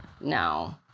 no